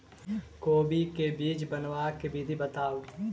कोबी केँ बीज बनेबाक विधि बताऊ?